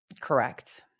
Correct